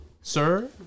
sir